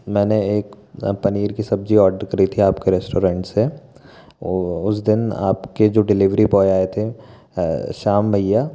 मैंने एक पनीर की सब्जी ऑर्डर करी थी आपके रेस्टोरेंट से वह उस दिन आपके जो डिलीवरी बॉय आए थे श्याम भैया